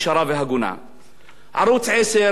ערוץ-10 ביקש לפני כמעט שנה,